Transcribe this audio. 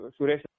Suresh